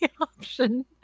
option